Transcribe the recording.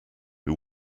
who